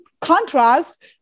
contrast